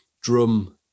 drum